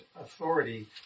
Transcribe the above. authority